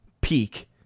peak